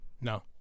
No